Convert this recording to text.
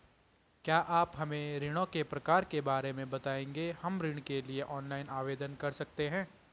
क्या आप हमें ऋणों के प्रकार के बारे में बताएँगे हम ऋण के लिए ऑनलाइन आवेदन कर सकते हैं?